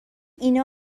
اینا